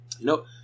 No